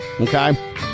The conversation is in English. okay